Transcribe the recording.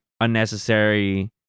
unnecessary